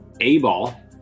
A-ball